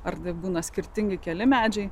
ar dar būna skirtingi keli medžiai